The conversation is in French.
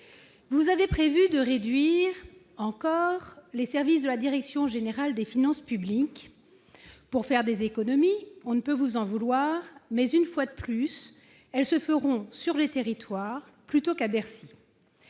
vous avez prévu de réduire encore les services de la direction générale des finances publiques pour faire des économies. On ne peut vous en vouloir, mais ces économies porteront, une fois de plus, sur les territoires plutôt que sur Bercy.